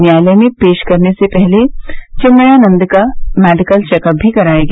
न्यायालय में पेश करने से पहले चिन्मयानंद का मेडिकल चेक अप भी कराया गया